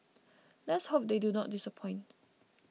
let's hope they do not disappoint